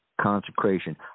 Consecration